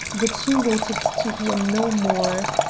the two waited to hear no more.